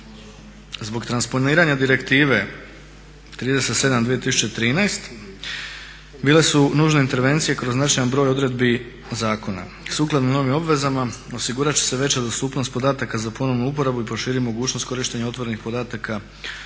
Zbog transponiranja Direktive 37/2013 bile su nužne intervencije kroz značajan broj odredbi zakona. Sukladno novim obvezama osigurat će se veća dostupnost podataka za ponovnu uporabu i proširit mogućnost korištenja otvorenih podataka